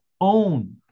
own